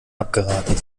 abgeraten